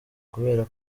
kubera